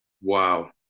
Wow